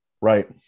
right